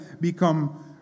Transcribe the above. become